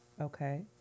Okay